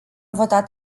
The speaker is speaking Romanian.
votat